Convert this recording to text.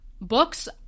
Books